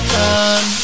time